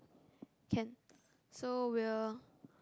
can so we'll